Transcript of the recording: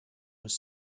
was